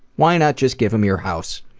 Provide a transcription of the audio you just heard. why not just give them your house?